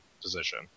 position